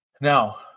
Now